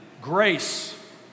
grace